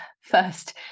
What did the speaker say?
first